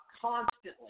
constantly